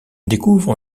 découvre